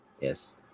Yes